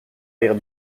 rire